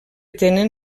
tenen